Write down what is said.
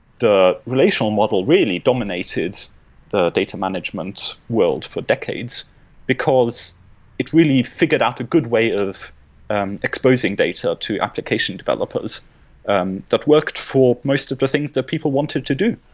the relational model really dominated data management world for decades because it really figured out a good way of um exposing data to application developers um that worked for most of the things that people wanted to do.